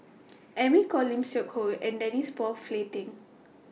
Amy Khor Lim Seok Hui and Denise Phua Flay Teng